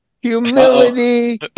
humility